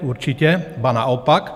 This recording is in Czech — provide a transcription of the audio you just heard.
Určitě, ba naopak.